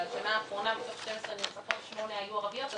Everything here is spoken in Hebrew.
בשנה האחרונה מתוך 12 נרצחות שמונה היו ערביות,